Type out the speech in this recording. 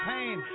Pain